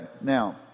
Now